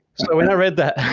so when i read that,